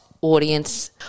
Audience